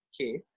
Okay